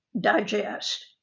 digest